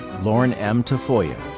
lorne m. tafoya.